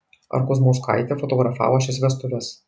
ar kuzmauskaitė fotografavo šias vestuves